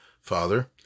father